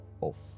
off